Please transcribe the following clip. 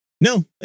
No